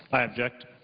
i object.